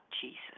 Jesus